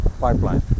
pipeline